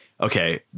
okay